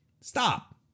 stop